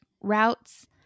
routes